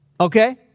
okay